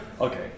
Okay